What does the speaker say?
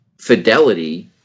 fidelity